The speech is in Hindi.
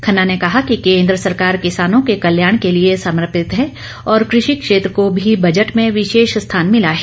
खन्ना ने कहा कि केंद्र सरकार किसानों के कल्याण के लिए समर्पित है और कृषि क्षेत्र को भी बजट में विशेष स्थान मिला है